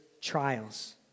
trials